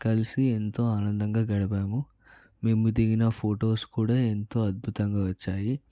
కలిసి ఎంతో ఆనందంగా గడిపాము మేము దిగిన ఫొటోస్ కూడా ఎంతో అద్భుతంగా వచ్చాయి